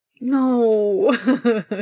No